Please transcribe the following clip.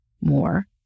more